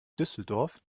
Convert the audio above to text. düsseldorf